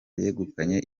yegukanye